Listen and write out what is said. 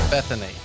Bethany